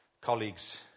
colleagues